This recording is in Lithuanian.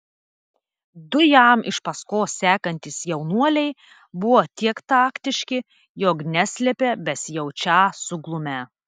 du jam iš paskos sekantys jaunuoliai buvo tiek taktiški jog neslėpė besijaučią suglumę